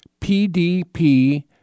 PDP